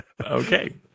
Okay